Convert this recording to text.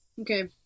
Okay